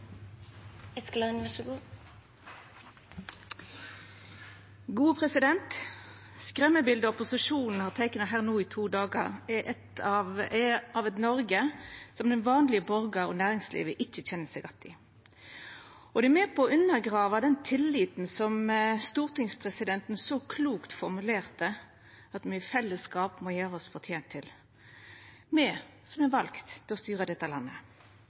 av eit Noreg som den vanlege borgaren og næringslivet ikkje kjenner seg att i. Det er med på å undergrava den tilliten som stortingspresidenten så klokt formulerte at me i fellesskap må gjera oss fortente til, me som er valde til å styra dette landet.